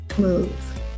move